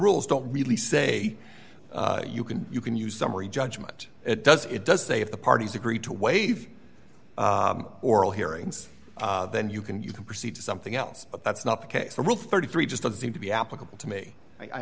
rules don't really say you can you can use summary judgment it does it does say if the parties agree to waive oral hearings then you can you can proceed to something else but that's not the case for rule thirty three just doesn't seem to be applicable to me i